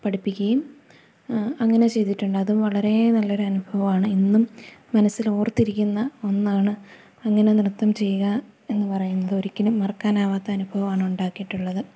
പഠിപ്പിക്കുകയും അങ്ങനെ ചെയ്തിട്ടുണ്ട് അതും വളരെ നല്ലൊരു അനുഭവമാണ് ഇന്നും മനസ്സിൽ ഓർത്തിരിക്കുന്ന ഒന്നാണ് അങ്ങനെ നൃത്തം ചെയ്യുക എന്നു പറയുന്നത് ഒരിക്കലും മറക്കാനാവാത്ത അനുഭവമാണ് ഉണ്ടാക്കിയിട്ടുള്ളത്